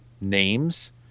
names